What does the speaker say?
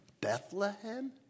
Bethlehem